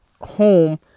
home